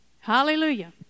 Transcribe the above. Hallelujah